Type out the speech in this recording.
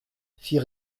fit